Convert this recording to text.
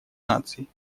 наций